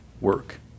work